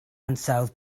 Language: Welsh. ansawdd